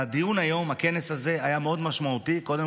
הדיון והכנס הזה היום היו מאוד משמעותיים קודם